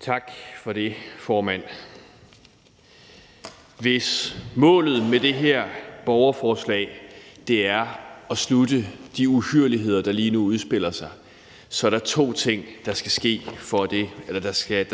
Tak for det, formand. Hvis målet med det her borgerforslag er at slutte de uhyrligheder, der lige nu udspiller sig, så er der to ting, der